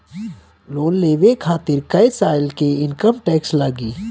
Loan लेवे खातिर कै साल के इनकम टैक्स लागी?